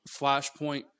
Flashpoint